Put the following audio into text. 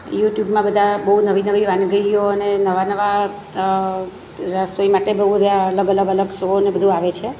યુટ્યુબમાં બધા બહુ નવી નવી વાનગીઓ અને નવા નવા રસોઈ માટે બહુ બધા અલગ અલગ અલગ શો ને બધું આવે છે